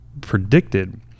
predicted